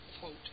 quote